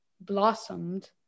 blossomed